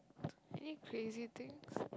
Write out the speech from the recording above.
any crazy things